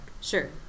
sure